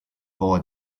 woła